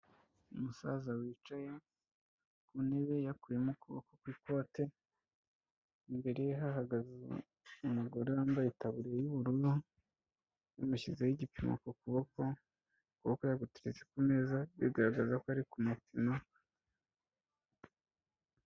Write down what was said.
Umusaza wicaye ku ntebe yakuyemo ukuboko kw'ikote, imbere ye hahagaze umugore wambaye itaburiya y'ubururu, yamushyizeho igipimo ku kuboko. ukuboko yaguteretse ku meza, bigaragaza ko ari ku mupima.